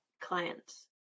clients